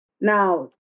Now